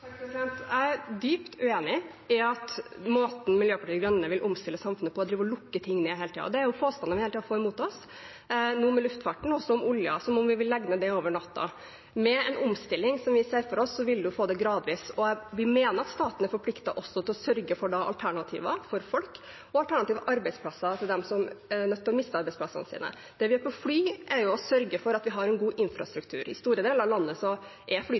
Jeg er dypt uenig i at måten Miljøpartiet De Grønne vil omstille samfunnet på, er ved å lukke ting ned hele tiden. Det er påstander vi hele tiden får mot oss, nå med luftfarten, men også med oljen, som om vi vil legge det ned over natta. Med en omstilling som vi ser for oss, vil det skje gradvis, og vi mener at staten er forpliktet til å sørge for alternativer for folk, bl.a. arbeidsplasser for folk som mister arbeidsplassene sine. Når det gjelder fly, må vi sørge for å ha en god infrastruktur. I store deler av landet er flytrafikken den eneste kollektivtransporten, noe vi også er